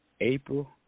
April